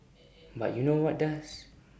but you know what does